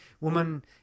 woman